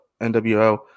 NWO